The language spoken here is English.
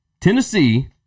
Tennessee